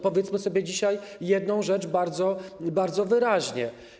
Powiedzmy sobie dzisiaj jedną rzecz bardzo wyraźnie.